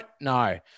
No